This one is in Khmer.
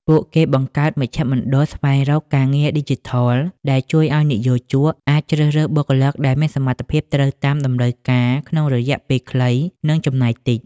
ពួកគេបង្កើតមជ្ឈមណ្ឌលស្វែងរកការងារឌីជីថល ដែលជួយឱ្យនិយោជកអាចជ្រើសរើសបុគ្គលិកដែលមានសមត្ថភាពត្រូវតាមតម្រូវការក្នុងរយៈពេលខ្លី និងចំណាយតិច។